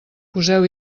poseu